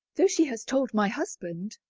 though she has told my husband.